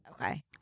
Okay